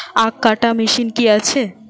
আখ কাটা মেশিন কি আছে?